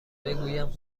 بگویم